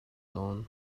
tawn